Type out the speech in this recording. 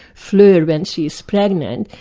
fleur when she's pregnant,